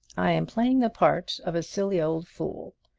i am playing the part of a silly old fool.